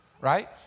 right